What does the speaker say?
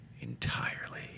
Entirely